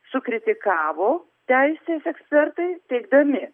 sukritikavo teisės ekspertai teigdami